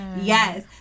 Yes